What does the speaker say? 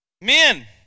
Men